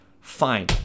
fine